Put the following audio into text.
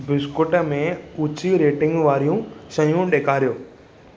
biscuit में ऊची rating वारियूं शयूं ॾेखारियो